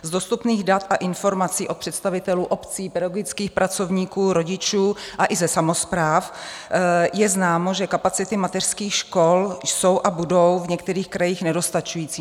Z dostupných dat a informací od představitelů obcí, pedagogických pracovníků, rodičů a i ze samospráv je známo, že kapacity mateřských škol jsou a budou v některých krajích nedostačující.